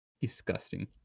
disgusting